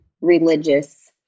religious